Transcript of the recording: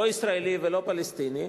לא ישראלי ולא פלסטיני,